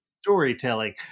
storytelling